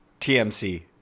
TMC